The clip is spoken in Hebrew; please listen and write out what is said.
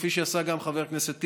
כפי שעשה גם חבר הכנסת טיבי,